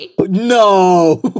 No